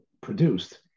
produced